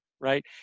right